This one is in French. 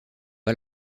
pas